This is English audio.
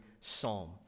psalm